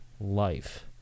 life